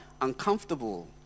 uncomfortable